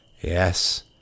Yes